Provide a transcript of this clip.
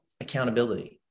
accountability